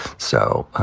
so,